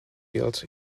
built